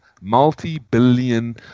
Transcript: multi-billion